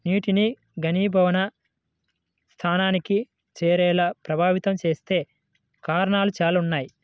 నీటిని ఘనీభవన స్థానానికి చేరేలా ప్రభావితం చేసే కారణాలు చాలా ఉన్నాయి